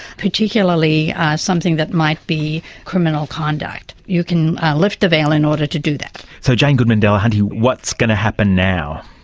particularly something that might be criminal conduct. you can lift the veil in order to do that. so jane goodman-delahunty, what's going to happen now?